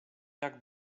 jak